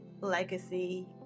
legacy